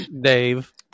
Dave